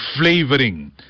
flavoring